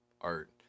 art